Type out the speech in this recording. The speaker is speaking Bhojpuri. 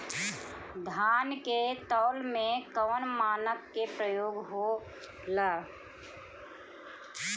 धान के तौल में कवन मानक के प्रयोग हो ला?